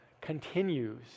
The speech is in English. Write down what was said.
continues